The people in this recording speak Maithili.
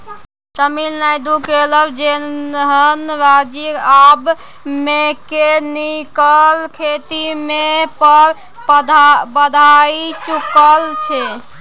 तमिलनाडु, केरल जेहन राज्य आब मैकेनिकल खेती मे पैर बढ़ाए चुकल छै